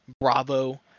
Bravo